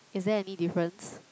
is there any difference